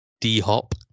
D-Hop